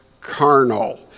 carnal